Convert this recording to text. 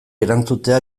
erantzutea